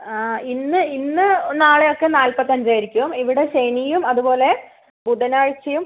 ആ ഇന്ന് ഇന്ന് നാളെയും ഒക്കെ നാൽപത്തഞ്ച് ആയിരിക്കും ഇവിടെ ശനിയും അതുപോലെ ബുധനാഴ്ചയും